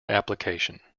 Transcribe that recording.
application